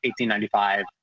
1895